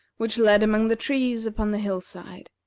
which led among the trees upon the hill-side,